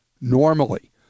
normally